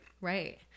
Right